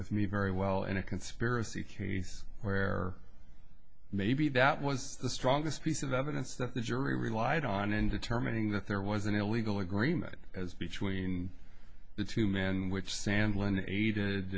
with me very well in a conspiracy theories where maybe that was the strongest piece of evidence that the jury relied on in determining that there was an illegal agreement as between the two men which sandl